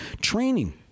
training